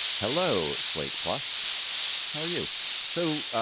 hello slate plus how are you so.